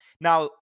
Now